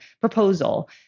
proposal